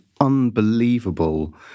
unbelievable